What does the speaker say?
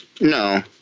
No